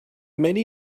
many